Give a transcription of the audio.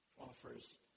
offers